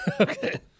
Okay